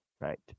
Right